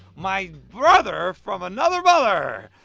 my brother from another mother,